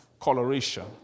coloration